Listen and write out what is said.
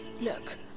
Look